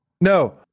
No